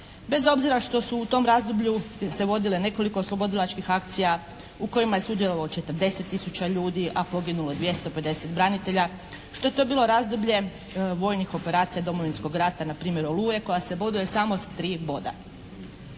Bez obzira što su u tom razdoblju se vodile nekoliko oslobodilačkih akcija u kojima je sudjelovalo 40 tisuća ljudi, a poginulo 250 branitelja. Što je to bilo razdoblje vojnih operacija i Domovinskog rata, na primjer "Oluje" koja se boduje samo s 3 boda.